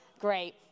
Great